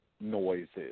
noises